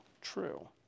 true